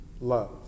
love